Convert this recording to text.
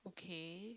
okay